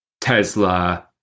Tesla